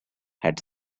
had